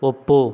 ಒಪ್ಪು